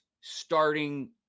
starting